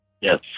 Yes